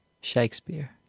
Shakespeare